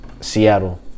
Seattle